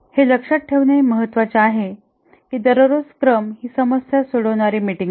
हे लक्षात ठेवणे महत्वाचे आहे की दररोज स्क्रम ही समस्या सोडवणारी मीटिंग नाही